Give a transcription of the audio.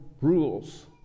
rules